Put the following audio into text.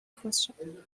question